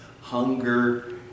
hunger